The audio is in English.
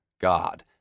God